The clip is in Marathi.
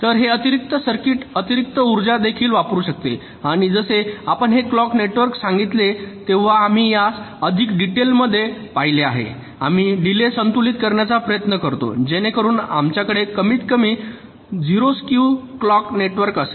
तर हे अतिरिक्त सर्किट अतिरिक्त उर्जा देखील वापरु शकते आणि जसे आपण हे क्लॉक नेटवर्क सांगितले तेव्हा आम्ही यास अधिक डिटेल्स मध्ये पाहिले आहे आम्ही डिलेय संतुलित करण्याचा प्रयत्न करतो जेणेकरून आमच्याकडे कमीतकमी 0 स्क्यू क्लॉक नेटवर्क असेल